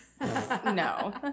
No